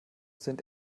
sind